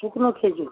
শুকনো খেজুর